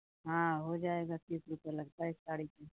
हाँ हो जाएगा तीस रुपैया लगता है एक साड़ी के